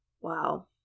wow